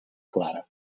clara